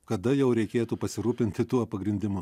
kada jau reikėtų pasirūpinti tuo pagrindimu